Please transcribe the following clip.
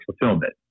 fulfillment